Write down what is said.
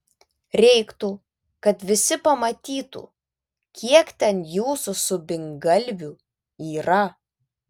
reiktų kad visi pamatytų kiek ten jūsų subingalvių yra